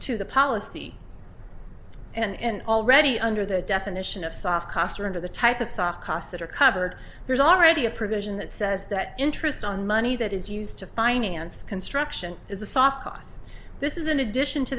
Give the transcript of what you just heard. to the policy and already under the deaf mission of soft costs are the type of soft costs that are covered there's already a provision that says that interest on money that is used to finance construction is a soft cost this is in addition to